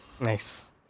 Nice